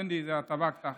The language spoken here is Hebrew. תן לי איזו הטבה קטנה.